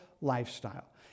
lifestyle